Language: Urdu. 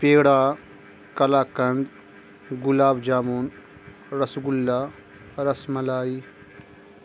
پیڑا کلااکند گلاب جامن رس گلہ رس ملائی